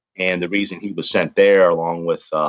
and the reason he was sent there along with,